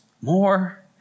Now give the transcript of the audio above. more